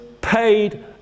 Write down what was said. paid